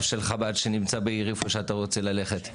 של חב"ד שנמצא בעיר איפה שאתה רוצה ללכת,